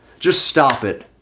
just stop it.